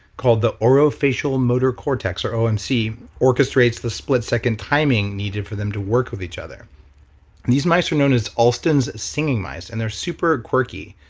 called the oral facial motor cortex or omc orchestrates the split second timing needed for them to work with each other these mice were known as alston's singing mice and they're super quirky,